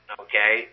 okay